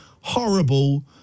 horrible